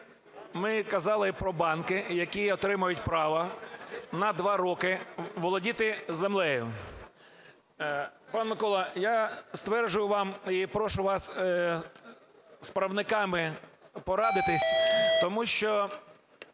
ми казали про банки, які отримають право на 2 роки володіти землею. Пан Микола, я стверджую вам і прошу вас з правниками порадитись, тому що